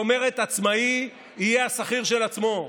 היא אומרת: עצמאי יהיה השכיר של עצמו.